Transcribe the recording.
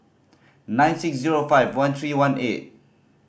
nine six zero five one three one eight